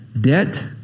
debt